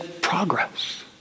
progress